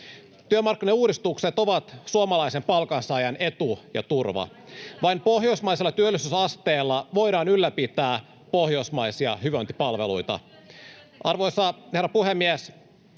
Työmarkkinauudistukset ovat suomalaisen palkansaajan etu ja turva. Vain pohjoismaisella työllisyysasteella voidaan ylläpitää pohjoismaisia hyvinvointipalveluita. Arvoisa herra puhemies!